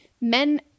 men